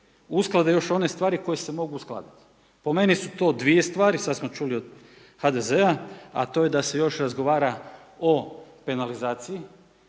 usklade još one stvari koje se mogu uskladiti. Po meni su to dvije stvari, sad smo čuli od HDZ-a, a to je da se još razgovara o penalizaciji,